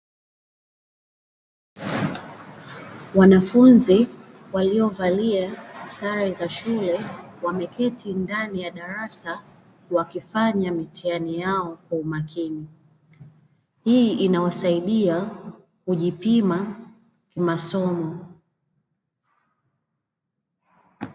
Wanafunzi waliovalia sare za shule wameketi ndani ya darasa wakifanya mtihani yao kwa umakini. Hii inawasaidia kujipima kimasomo.